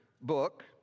book